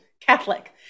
Catholic